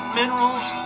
minerals